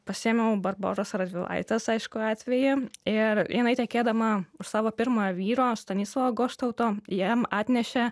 pasiėmiau barboros radvilaitės aišku atvejį ir jinai tekėdama už savo pirmojo vyro stanislovo goštauto jam atnešė